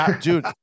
Dude